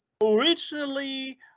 originally